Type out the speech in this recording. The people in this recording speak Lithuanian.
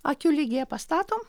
akių lygyje pastatom